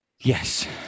Yes